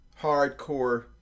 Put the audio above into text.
Hardcore